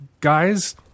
guys